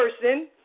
person